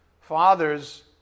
Fathers